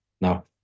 Now